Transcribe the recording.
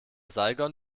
saigon